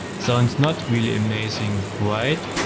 sounds not really amazing, right?